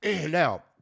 now